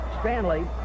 stanley